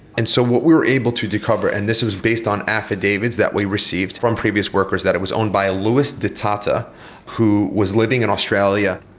and so what we were able to discover, and this is based on affidavits that we received from previous workers, that it was owned by a louis detata who was living in australia.